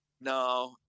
No